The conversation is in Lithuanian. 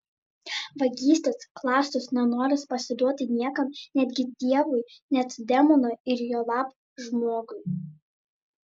vagystės klastos nenoras pasiduoti niekam netgi dievui net demonui ir juolab žmogui